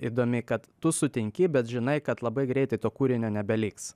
įdomi kad tu sutinki bet žinai kad labai greitai to kūrinio nebeliks